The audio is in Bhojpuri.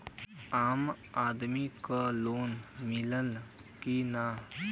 आम आदमी के लोन मिली कि ना?